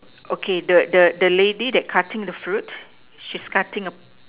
okay the the the lady that cutting the fruit she's cutting a